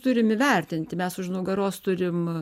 turim įvertinti mes už nugaros turim